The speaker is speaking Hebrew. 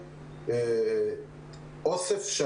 אני מקווה שתהיה איש בשורות